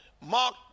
Mark